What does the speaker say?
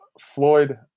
Floyd